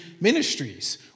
ministries